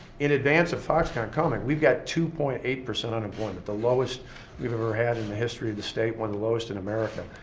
in advance of foxconn coming, we've got two point eight percent unemployment, the lowest we've ever had in the history of the state. one of the lowest in america.